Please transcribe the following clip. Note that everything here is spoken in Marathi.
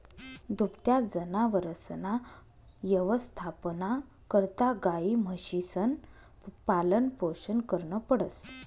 दुभत्या जनावरसना यवस्थापना करता गायी, म्हशीसनं पालनपोषण करनं पडस